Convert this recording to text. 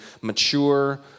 mature